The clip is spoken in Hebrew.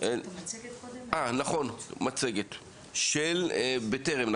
מצגת של בטרם.